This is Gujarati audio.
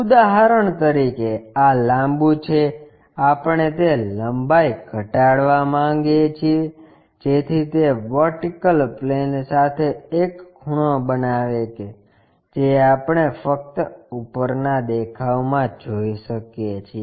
ઉદાહરણ તરીકે આ લાંબું છે આપણે તે લંબાઈ ઘટાડવા માંગીએ છીએ જેથી તે વર્ટિકલ પ્લેન સાથે એક ખૂણો બનાવે કે જે આપણે ફક્ત ઉપરના દેખાવમાં જોઈ શકીએ છીએ